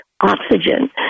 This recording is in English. oxygen